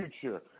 future